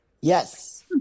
Yes